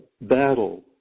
battle